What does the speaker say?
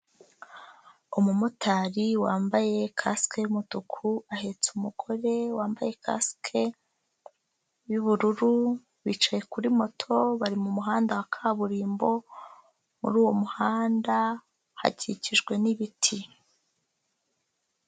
Umumotari wambaye kasike y'umutuku, ahetse umugore wambaye kasike y'uubururu, bicaye kuri moto, bari mu muhanda wa kaburimbo, muri uwo muhanda hakikijwe n'ibiti.